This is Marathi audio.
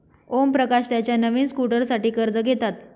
ओमप्रकाश त्याच्या नवीन स्कूटरसाठी कर्ज घेतात